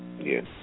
Yes